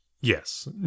Yes